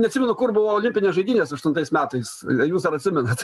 neatsimenu kur buvo olimpinės žaidynės aštuntais metais jūs ar atsimenat